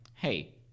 Hey